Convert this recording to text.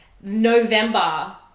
November